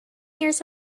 years